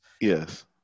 Yes